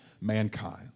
mankind